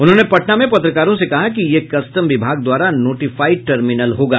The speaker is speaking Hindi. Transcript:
उन्होंने पटना में पत्रकारों से कहा कि यह कस्टम विभाग द्वारा नोटिफाइड टर्मिनल होगा